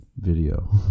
video